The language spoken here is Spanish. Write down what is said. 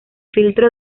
filtro